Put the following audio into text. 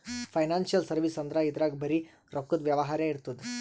financial service ಅಂದ್ರ ಇದ್ರಾಗ್ ಬರೀ ರೊಕ್ಕದ್ ವ್ಯವಹಾರೇ ಇರ್ತದ್